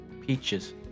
peaches